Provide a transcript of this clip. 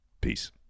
Peace